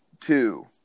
two